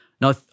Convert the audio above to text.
Now